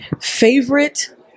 Favorite